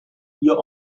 ihr